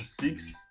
six